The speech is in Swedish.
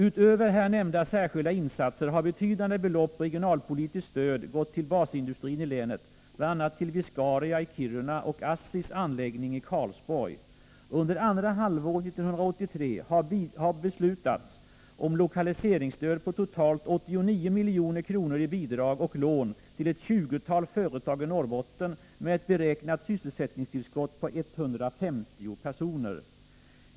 Utöver här nämnda särskilda insatser har betydande belopp regionalpolitiskt stöd gått till basindustrin i länet bl.a. till Viscaria i Kiruna och ASSI:s anläggning i Karlsborg. Under andra halvåret 1983 har beslutats om lokaliseringsstöd på totalt 89 milj.kr. i bidrag och lån till ett tjugotal företag i Norrbotten med ett beräknat sysselsättningstillskott på 150 personer.